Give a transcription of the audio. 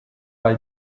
pas